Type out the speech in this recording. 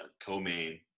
co-main